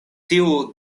tiu